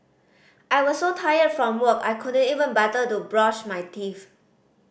I was so tired from work I couldn't even bother to brush my teeth